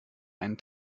einen